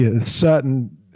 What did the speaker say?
certain